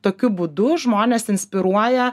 tokiu būdu žmones inspiruoja